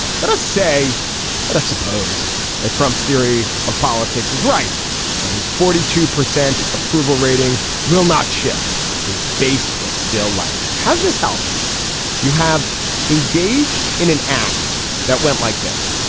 let us say let us suppose that trump's theory of politics is right and his forty two percent approval rating will not shift his base will still like him how does this help you have engaged in an act that went like this.